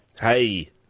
Hey